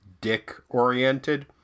dick-oriented